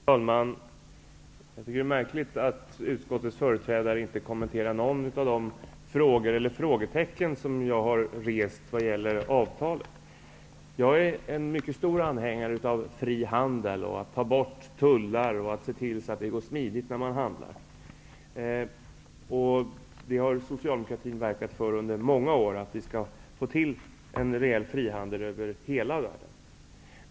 Fru talman! Jag tycker att det är märkligt att utskottets företrädare inte kommenterar något av de frågetecken som jag har satt för avtalet. Jag är en mycket stor anhängare av fri handel, av att ta bort tullar och av att se till att det skall gå smidigt när man handlar, och socialdemokratin har under många år verkat för att vi skall få till stånd en rejäl frihandel över hela världen.